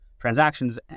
transactions